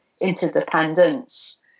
interdependence